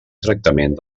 tractament